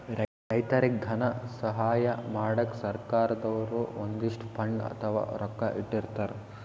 ರೈತರಿಗ್ ಧನ ಸಹಾಯ ಮಾಡಕ್ಕ್ ಸರ್ಕಾರ್ ದವ್ರು ಒಂದಿಷ್ಟ್ ಫಂಡ್ ಅಥವಾ ರೊಕ್ಕಾ ಇಟ್ಟಿರ್ತರ್